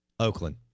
Oakland